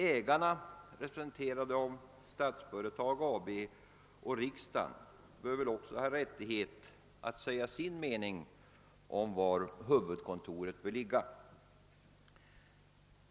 Ägarna, representerade av Statsföretag AB och riksdagen, bör väl också ha rättighet att säga sin mening om var huvudkontoret skall ligga.